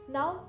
Now